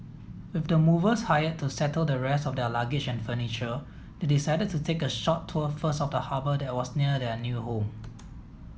with the movers hired to settle the rest of their luggage and furniture they decided to take a short tour first of the harbour that was near their new home